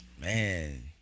Man